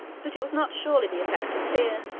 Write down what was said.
but it was not surely the effect of fear.